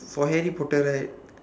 for harry potter right